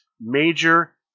major